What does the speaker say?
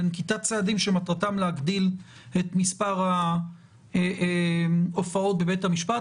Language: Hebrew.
לנקיטת צעדים שמטרתם להגדיל את מספר ההופעות בבית המשפט.